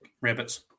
Rabbits